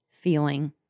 feeling